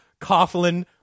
coughlin